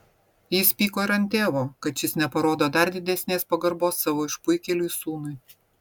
jis pyko ir ant tėvo kad šis neparodo dar didesnės pagarbos savo išpuikėliui sūnui